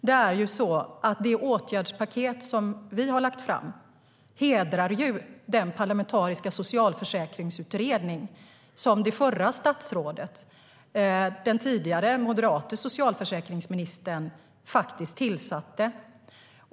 Det åtgärdspaket som vi har lagt fram hedrar ju den parlamentariska socialförsäkringsutredning som den tidigare moderate socialförsäkringsministern tillsatte.